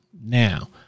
Now